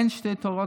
אין שתי תורות,